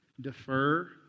defer